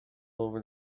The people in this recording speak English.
over